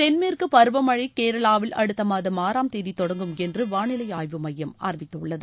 தென்மேற்கு பருவமழை கேரளாவில் அடுத்த மாதம் ஆறாம் தேதி தொடங்கும் என்று வாளிலை ஆய்வு மையம் அறிவித்துள்ளது